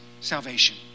salvation